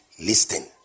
Listen